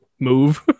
move